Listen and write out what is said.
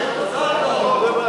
מזל טוב.